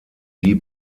die